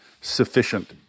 sufficient